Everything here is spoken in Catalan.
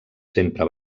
sempre